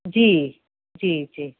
जी जी जी